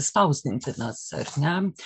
spausdintinas ar ne